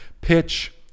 Pitch